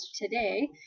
today